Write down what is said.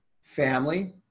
Family